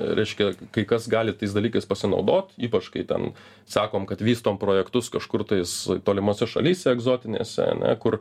reiškia kai kas gali tais dalykais pasinaudot ypač kai ten sakom kad vystom projektus kažkur tais tolimose šalyse egzotinėse kur